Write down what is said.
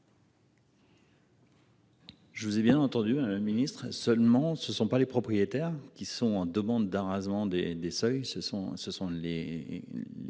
Je vous ai bien entendu un ministre seulement ce ne sont pas les propriétaires qui sont en demande d'arasement des des seuils ce sont ce sont les.